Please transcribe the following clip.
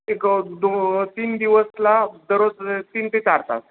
एक दो तीन दिवसला दरोज तीन ते चार तास